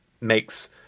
makes